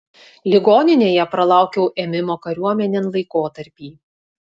ligoninėje pralaukiau ėmimo kariuomenėn laikotarpį